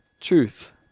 truth